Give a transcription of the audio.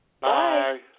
Bye